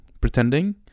pretending